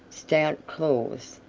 stout claws.